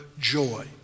joy